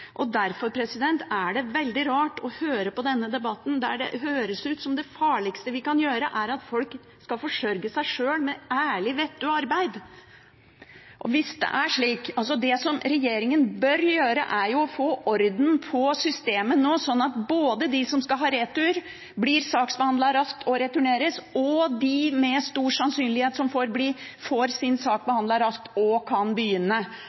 Derfor er det veldig rart å høre på denne debatten. Det høres ut som om det farligste vi kan gjøre, er at folk skal forsørge seg sjøl med ærlig, vettug arbeid. Det regjeringen bør gjøre, er å få orden på systemet nå, sånn at de som skal ha retur, får sin sak behandlet raskt og returneres, og de som med stor sannsynlighet får bli, får sin sak behandlet raskt og kan begynne